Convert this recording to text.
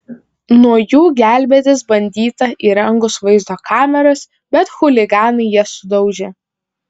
nuo jų gelbėtis bandyta įrengus vaizdo kameras bet chuliganai jas sudaužė